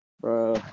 Bro